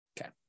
Okay